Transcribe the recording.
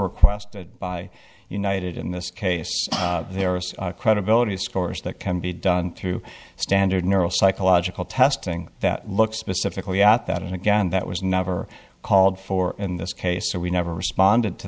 requested by united in this case there are credibility scores that can be done through standard neural psychological testing that look specifically at that and again that was never called for in this case so we never responded to